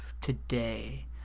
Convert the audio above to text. today